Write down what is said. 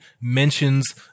mentions